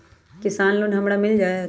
किसान लोन हमरा मिल जायत?